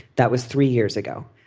that was three years ago.